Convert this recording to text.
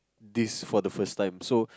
this for the first time